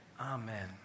amen